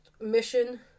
mission